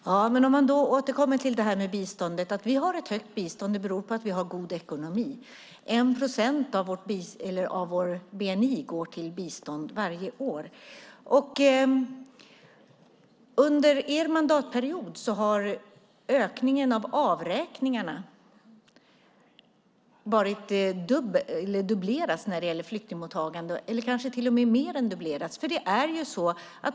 Herr talman! Ja, men då kan man återkomma till det här med biståndet. Att vi har ett högt bistånd beror på att vi har god ekonomi. 1 procent av vår bni går till bistånd varje år. Under er mandatperiod har ökningen av avräkningarna dubblerats när det gäller flyktingmottagande, eller kanske till och med mer än dubblerats.